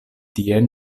tie